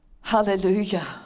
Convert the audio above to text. Hallelujah